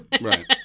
Right